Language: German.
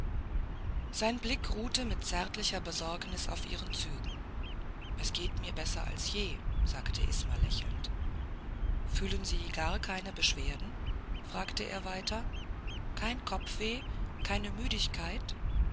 sein blick ruhte mit zärtlicher besorgnis auf ihren zügen es geht mir besser wie je sagte isma lächelnd fühlen sie gar keine beschwerden fragte er weiter kein kopfweh keine müdigkeit